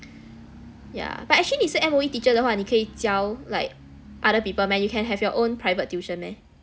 yeah but actually 你是 M_O_E teacher 的话你可以教 like other people meh you can have your own private tuition meh